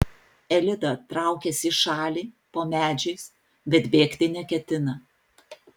elida traukiasi į šalį po medžiais bet bėgti neketina